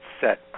set